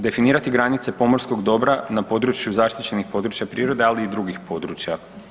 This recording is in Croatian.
Definirati granice pomorskog dobra na području zaštićenih područja prirode, ali i drugih područja.